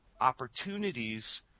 opportunities